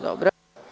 Dobro.